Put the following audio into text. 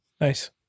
Nice